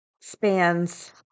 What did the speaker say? spans